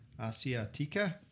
asiatica